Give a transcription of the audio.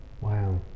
Wow